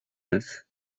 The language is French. neuf